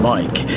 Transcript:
Mike